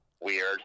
weird